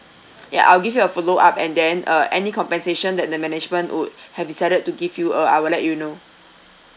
ya I'll give you a follow up and then uh any compensation that the management would have decided to give you uh I will let you know